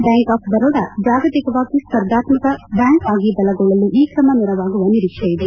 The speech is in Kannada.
ಬ್ಲಾಂಕ್ ಆಫ್ ಬರೋಡಾ ಜಾಗತಿಕವಾಗಿ ಸ್ಪರ್ಧಾತ್ಕಕ ಬ್ಲಾಂಕ್ ಆಗಿ ಬಲಗೊಳ್ಳಲು ಈ ಕ್ರಮ ನೆರವಾಗುವ ನಿರೀಕ್ಷೆ ಇದೆ